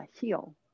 heal